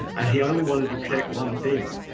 and he only wanted to protect one thing.